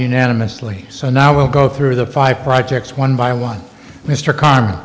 unanimously so now we'll go through the five projects one by one mr car